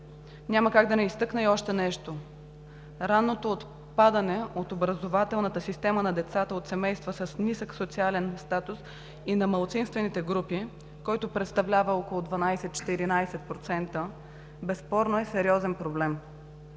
Няма как да не изтъкна и още нещо – ранното отпадане от образователната система на децата от семейства с нисък социален статус и на малцинствените групи, който представлява около 12 – 14%, безспорно е сериозен проблем.